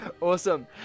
Awesome